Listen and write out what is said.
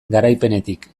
garaipenetik